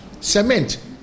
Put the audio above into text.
cement